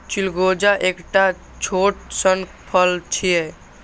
चिलगोजा एकटा छोट सन फल छियै